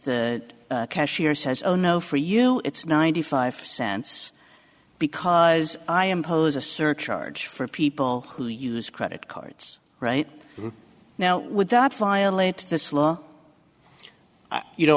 the cashier says oh no for you it's ninety five cents because i impose a surcharge for people who use credit cards right now would that